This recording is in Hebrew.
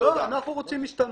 אנחנו רוצים השתלמויות.